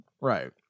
Right